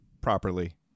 properly